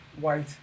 white